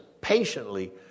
patiently